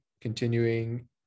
Continuing